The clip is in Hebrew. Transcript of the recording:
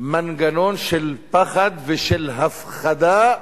מנגנון של פחד ושל הפחדה,